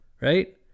right